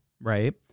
right